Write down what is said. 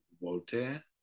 Voltaire